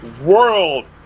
World